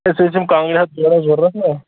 اَسہِ ٲسۍ یِم کانٛگرِ تھوڑا ضروٗرت نا